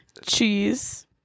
Cheese